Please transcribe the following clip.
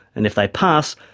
and if they pass,